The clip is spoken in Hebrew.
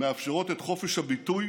מאפשרות את חופש הביטוי